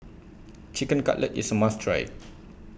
Chicken Cutlet IS A must Try